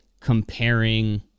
comparing